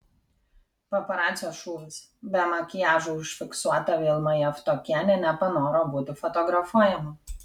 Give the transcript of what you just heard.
paparacio šūvis be makiažo užfiksuota vilma javtokienė nepanoro būti fotografuojama